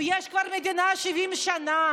ויש כבר מדינה 70 שנה.